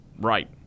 Right